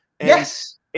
Yes